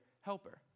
helper